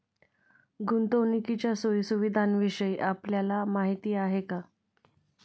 गुंतवणुकीच्या सोयी सुविधांविषयी आपल्याला माहिती आहे का?